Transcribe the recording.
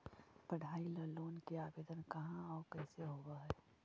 पढाई ल लोन के आवेदन कहा औ कैसे होब है?